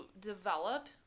develop